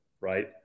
right